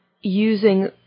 using